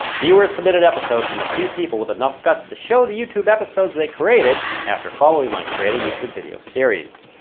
viewer submitted episodes from a few people with enough guts to show the youtube episodes they created after following my create a youtube video series.